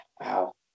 Wow